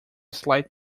slight